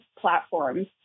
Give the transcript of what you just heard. platforms